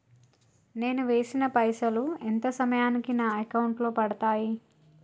నేను వేసిన పైసలు ఎంత సమయానికి నా అకౌంట్ లో పడతాయి?